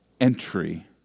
entry